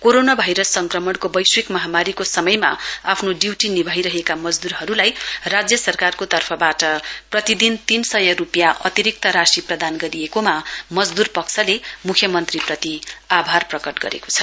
corona virus संक्रमणको वैश्विक महामारीको समयमा आफ्नो ड्यूटी निभाइरहेका मजद्रहरुलाई राज्य सरकारको तर्फवाट प्रतिदिन तीन सय रुपियाँ अतिरिक्त राशि प्रदान गरिएकोमा मजदूर पक्षले मुख्यमन्त्री प्रति आभार प्रकट गरेको छ